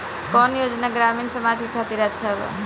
कौन योजना ग्रामीण समाज के खातिर अच्छा बा?